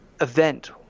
event